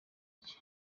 cye